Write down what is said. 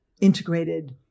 integrated